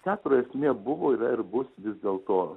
teatro esmė buvo yra ir bus vis dėlto